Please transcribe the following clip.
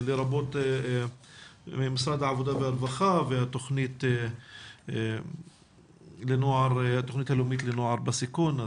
לרבות ממשרד העבודה והרווחה והתכנית הלאומית לנוער בסיכון.